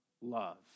love